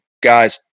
guys